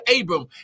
Abram